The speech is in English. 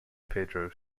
pedro